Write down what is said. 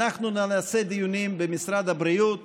אנחנו נעשה דיונים במשרד הבריאות